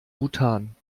bhutan